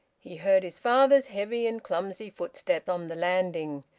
he heard his father's heavy and clumsy footstep on the landing.